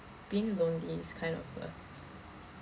being lonely is kind of a